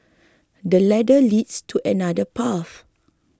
this ladder leads to another path